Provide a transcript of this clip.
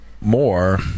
more